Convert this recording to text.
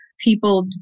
people